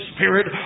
Spirit